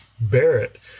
Barrett